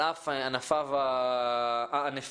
על אף ענפיו הענפים,